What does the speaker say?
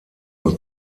nur